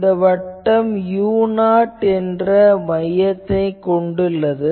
இந்த வட்டம் u0 என்ற மையத்தைக் கொண்டுள்ளது